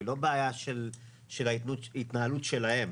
היא לא בעיה של ההתנהלות שלהם.